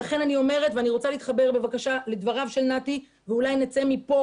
אני רוצה להתחבר לדבריו של נתי ואולי נצא מכאן,